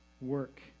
work